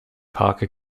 parker